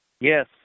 Yes